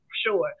Sure